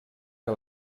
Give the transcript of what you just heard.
que